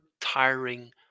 tiring